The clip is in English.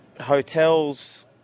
hotels